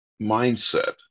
mindset